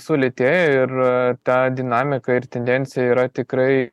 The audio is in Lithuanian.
sulėtėjo ir ta dinamika ir tendencija yra tikrai